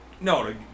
No